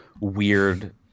weird